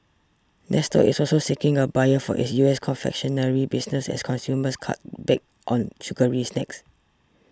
nestle is also seeking a buyer for its U S confectionery business as consumers cut back on sugary snacks